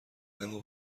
اما